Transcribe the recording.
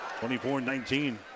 24-19